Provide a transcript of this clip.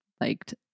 liked